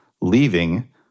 leaving